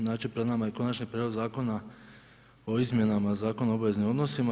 Znači, pred nama je Konačni prijedlog Zakona o izmjenama Zakona o obveznim odnosima.